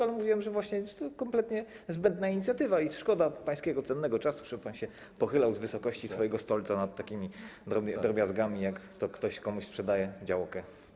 Ale mówiłem, że właśnie jest to kompletnie zbędna inicjatywa i szkoda pańskiego cennego czasu, żeby pan pochylał się z wysokości swojego stolca nad takimi drobiazgami, jak to ktoś komuś sprzedaje działkę.